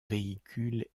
véhicules